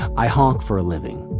i honk for a living,